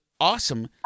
awesome